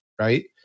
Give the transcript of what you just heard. right